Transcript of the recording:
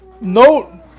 No